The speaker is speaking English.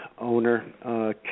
owner